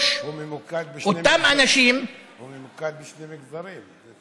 הוא ממוקד בשני מגזרים.